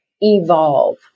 evolve